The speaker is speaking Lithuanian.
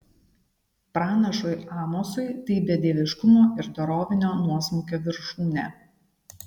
pranašui amosui tai bedieviškumo ir dorovinio nuosmukio viršūnė